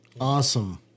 awesome